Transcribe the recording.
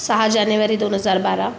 सहा जानेवारी दोन हजार बारा